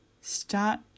Start